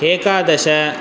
एकादश